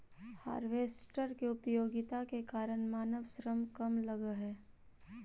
harvester के उपयोगिता के कारण मानव श्रम कम लगऽ हई